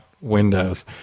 windows